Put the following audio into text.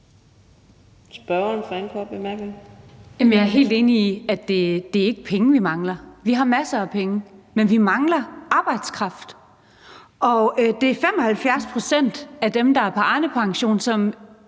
jeg er helt enig i, at det ikke er penge, vi mangler. Vi har masser af penge, men vi mangler arbejdskraft. Og det er 75 pct. af dem, der er på Arnepension, som